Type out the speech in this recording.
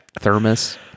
thermos